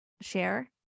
share